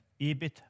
EBIT